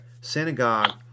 synagogue